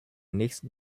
nächsten